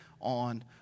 on